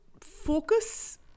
focus